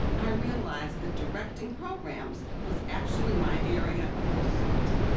i realized that directing programs was actually my area of pursuit.